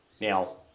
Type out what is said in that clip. Now